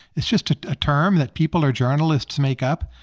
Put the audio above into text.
it's just a term that people or journalists make up.